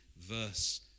verse